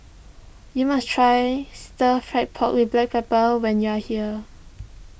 you must try Stir Fried Pork with Black Pepper when you are here